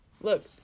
Look